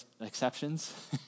exceptions